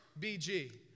BG